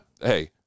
Hey